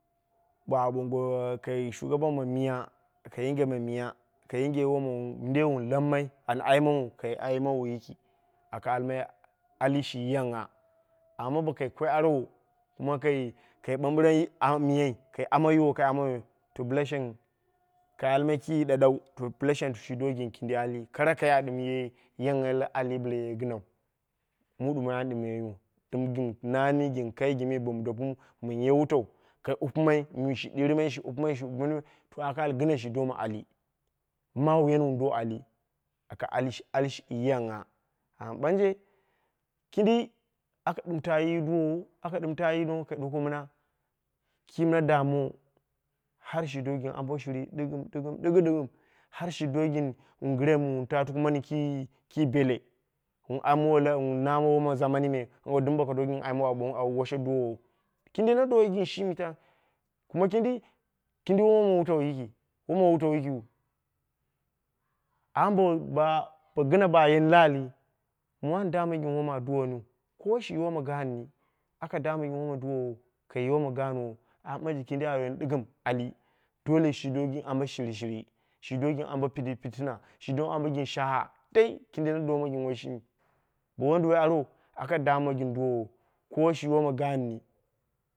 Ba a ɓongo kai shugaba ma miya, ka yinge ma miya, ka yinge wom mindei wun lammai an ai mamu, kai aimawu yiki. Aka almai ali shi yangha, amma bo kai koi arwo, kuma kai ɓambiram yi miyai. Kai ame yiwo, kai ame yiwo, to bla shang ni, kai almai ki ɗaɗau, to bla shangni shi do gin kindi ali. Kara kai aka ɗim yangha la'ali bla ye ginau. Mu ɗumoi and ɗimmaiyu, dum gin nani gin kai gin me bo mu dapemu bomu ye wutau, ka wapimai mu me shi ɗiurimai, shi wape mai kai ɗirimai. To a ka al gina shi doma ali. Mawuyan wun do ali, aka al ali shi yangha. Amma ɓanje, kindi, aka ɗum tayi duwowon, aka ɗum tayi no, ka ɗuwoko mima kim na dammowo har shi do guin ambo shini ɗig ɗigim ɗigim ɗigim har shi do gin gre mu wun ta tukumani ki bele, wun na mowo la woma zaman me, dum boko doko gin ayim au washe duwowo. Kindi na do gin shimi tang kuma kindi, kindi woma wutau yiki woma wutau yikiu. Amma bo gina a yen la'ali mu an damma gin woma duwoniu. Kowa shi ye wom ganni. Aka damma gin woma duwowou, kai ye won ganwo. Amma ɓanje kindi a yeni diggim ali. Dole shi do gin ambo shiri shiri, shi do gin ambo pitina shi do gin sha'a, dai kindi na doma gin woyi shimi, bo woi wonduwoi arwo aka damma din duwowo, koma shi woma ganni.